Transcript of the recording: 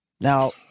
Now